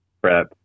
prep